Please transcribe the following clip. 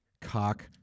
cock